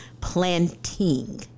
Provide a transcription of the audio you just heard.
planting